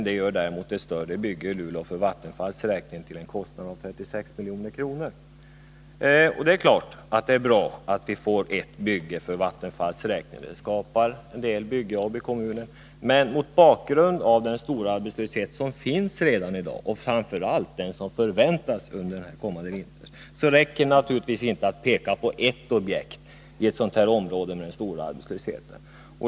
Det gör däremot ett större bygge i Luleå för Vattenfalls räkning, till en kostnad av 36 milj.kr. Det är självfallet bra att vi får ett bygge för Vattenfalls räkning. Det skapar en del byggjobb i kommunen. Men mot bakgrund av den stora arbetslöshet som redan finns, och som framför allt förväntas under kommande vinter, räcker det naturligtvis inte att man pekar på ett objekt i ett område med så stor arbetslöshet.